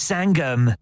Sangam